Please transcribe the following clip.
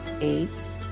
AIDS